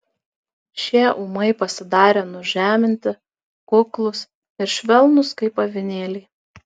šie ūmai pasidarė nužeminti kuklūs ir švelnūs kaip avinėliai